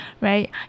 right